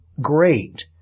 great